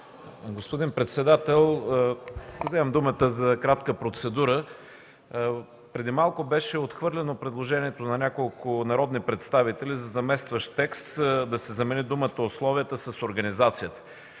Господин председател, взимам думата за кратка процедура. Преди малко беше отхвърлено предложението на няколко народни представители за заместващ текст – да се замени думата „условията” с „организацията”.